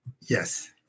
Yes